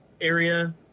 area